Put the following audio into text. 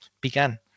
began